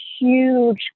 huge